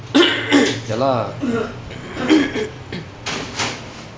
ya lah